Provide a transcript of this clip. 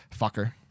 Fucker